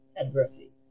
Adversity